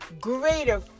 greater